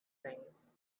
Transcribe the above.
things